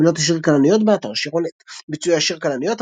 מילות השיר "כלניות" באתר שירונט ביצועי השיר "כלניות",